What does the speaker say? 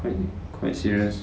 quite serious